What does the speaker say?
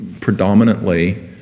predominantly